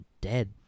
dead